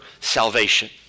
salvation